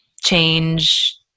change